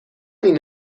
این